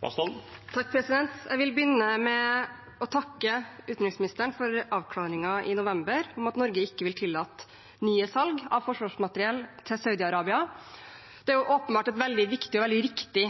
Jeg vil begynne med å takke utenriksministeren for avklaringen i november om at Norge ikke vil tillate nye salg av forsvarsmateriell til Saudi-Arabia. Det er åpenbart et veldig viktig og riktig